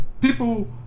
people